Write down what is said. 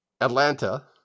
Atlanta